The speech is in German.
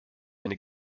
eine